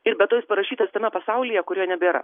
ir be to jis parašytas tame pasaulyje kurio nebėra